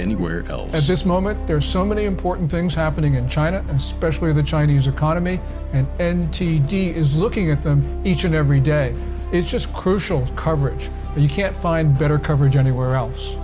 anywhere else at this moment there are so many important things happening in china especially the chinese economy and and t d is looking at them each and every day is just crucial coverage and you can't find better coverage anywhere else